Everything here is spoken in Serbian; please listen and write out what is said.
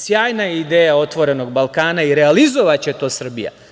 Sjajna je ideja otvorenog Balkana i realizovaće to Srbija.